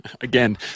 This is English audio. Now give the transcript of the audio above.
Again